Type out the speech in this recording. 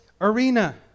arena